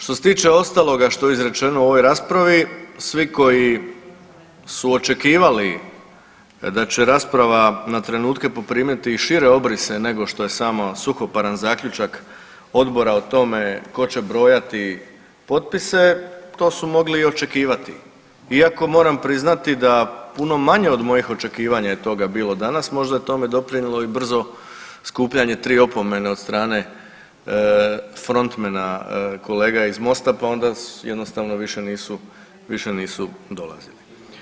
Što se tiče ostaloga što je izrečeno u ovoj raspravi svi koji su očekivali da će rasprava na trenutke poprimiti i šire obrise nego što je samo suhoparan zaključak odbora o tome tko će brojati potpise to su mogli i očekivati, iako moram priznati da puno manje od mojih očekivanje je toga bilo danas, možda je tome doprinjelo i brzo skupljanje tri opomene od strane frontmena kolega iz Mosta, pa onda jednostavno više nisu, više nisu dolazili.